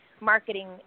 marketing